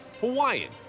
Hawaiian